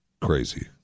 crazy